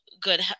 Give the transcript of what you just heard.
good